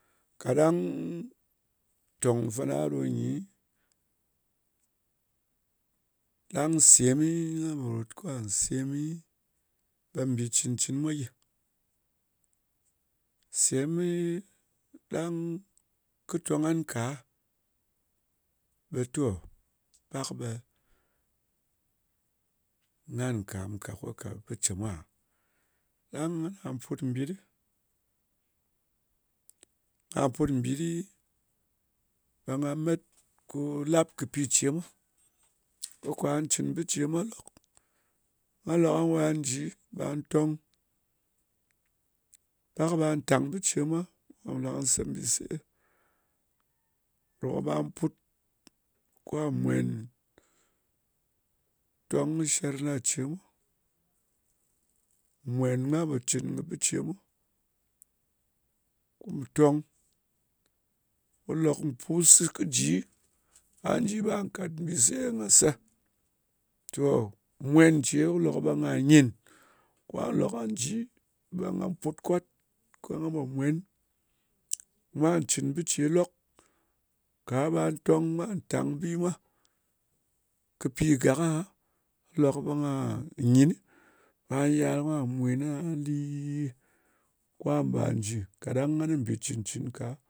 Kaɗang tòng fana ɗo nyi, ɗang semi, nga pò rot kà semi, ɓe mbì cɨn-cɨn mwa gyi. Semi, ɗang kɨ tong ngan ka, ɓe to, pak ɓe ngan nkam ka, ko ka bɨce mwa. Ɗang nga put mbit ɗɨ, nga put mbit ɗi, ɓe nga met ko lap kɨ pi ce mwa. Ko kwa nga cɨn bɨ ce mwa lok. Nga lòk nga wa ji ɓa tong. Pak ɓa tang bɨ ce mwa, ɓa lok ɓa se mbise. Lok ɓa put kwa mwen, tong kɨ sher na ce mwa. Mwen nga pò cɨn kɨ bɨ ce mwa, kum tong. Ko lōk pus kɨ ji, ɓa ji ɓa kat mbise nga se. To mwen ce kɨ lok ɓe nga nyin. Kwa lok nga ji, ɓe nga put kwat, ko nga po mwēn. Nga cɨn bɨ ce lok. Ka ɓa tong a tang bi mwa ka pi gak aha. Lok ɓe nga nyinɨ, ɓa yal kwa mwen aha liii, kwa mba jɨ kaɗang ngan kɨ mbì cɨn-cɨn ka.